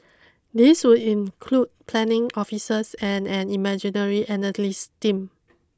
these would include planning officers and an imagery analyse team